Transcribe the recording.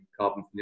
carbon